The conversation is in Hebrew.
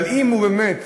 אבל אם באמת